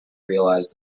realize